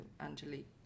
Angelique